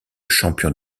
champion